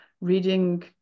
Reading